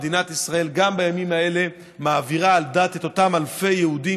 מדינת ישראל גם בימים האלה מעבירה על דתם את אותם אלפי יהודים